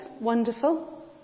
wonderful